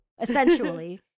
essentially